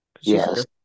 Yes